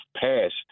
passed